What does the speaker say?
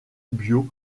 bio